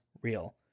real